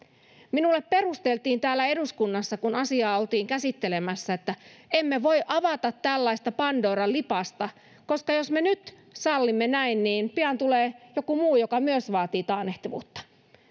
minulle perusteltiin täällä eduskunnassa kun asiaa oltiin käsittelemässä että emme voi avata tällaista pandoran lipasta koska jos me nyt sallimme näin niin pian tulee joku muu joka myös vaatii taannehtivuutta